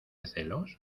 celos